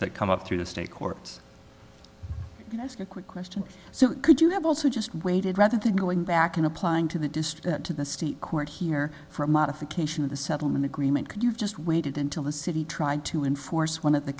that come up through the state courts and ask a quick question so could you have also just waited rather than going back and applying to the distant to the state court here for a modification of the settlement agreement could you just waited until the city trying to enforce one of the